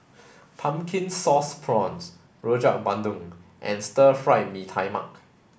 pumpkin sauce prawns Rojak Bandung and Stir Fried Mee Tai Mak